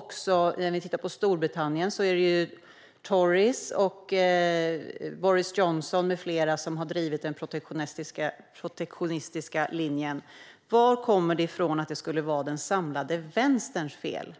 Detsamma gäller i Storbritannien; där är det tories och Boris Johnson med flera som har drivit den protektionistiska linjen. Varifrån kommer det att det skulle vara den samlade vänsterns fel?